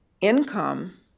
income